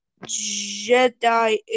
Jedi